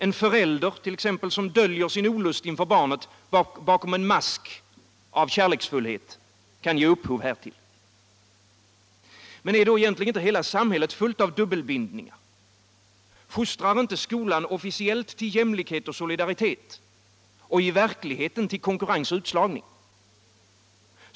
En förälder t.ex. som döljer sin olust inför barnet bakom en mask av kärleksfullhet kan ge upphov härtill. Men är då inte hela samhället fullt av dubbelbindningar? Fostrar inte skolan officiellt till jämlikhet och solidaritet — men i verkligheten till konkurrens och utslagning?